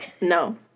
No